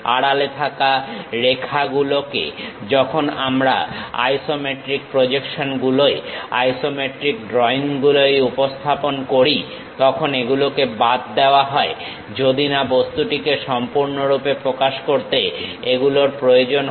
আড়ালে থাকা রেখা গুলোকে যখন আমরা আইসোমেট্রিক প্রজেকশন গুলোয় আইসোমেট্রিক ড্রইং গুলোয় উপস্থাপন করি তখন এগুলোকে বাদ দেওয়া হয় যদি না বস্তুটিকে সম্পূর্ণরূপে প্রকাশ করতে এগুলোর প্রয়োজন হয়